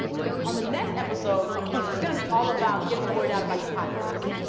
on the next episode is gonna be all about getting the word out about your podcast.